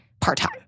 part-time